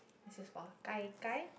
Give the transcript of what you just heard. this is for gai gai